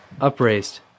upraised